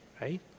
right